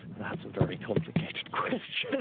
that's a very complicated question.